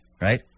Right